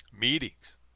meetings